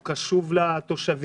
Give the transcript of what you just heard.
הוא קשוב לתושבים.